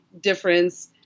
difference